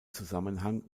zusammenhang